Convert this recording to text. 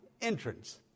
entrance